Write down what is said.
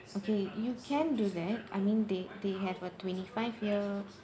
okay you can do that I mean they they have a twenty five year